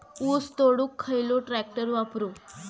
ऊस तोडुक खयलो ट्रॅक्टर वापरू?